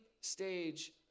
stage